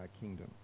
Kingdom